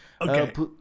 Okay